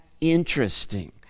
interesting